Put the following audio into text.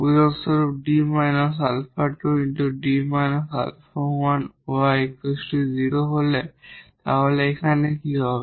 উদাহরণস্বরূপ 𝐷 𝛼2 𝐷 𝛼1 𝑦 0 হলে এখানে তাহলে কি হবে